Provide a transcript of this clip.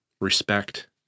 respect